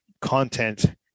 content